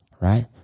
right